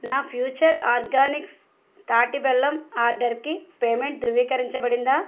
నా future organics తాటి బెల్లం ఆర్డర్కి పేమెంటు ధృవీకరించబడిందా